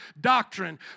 doctrine